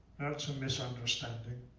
that's a misunderstanding.